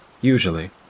Usually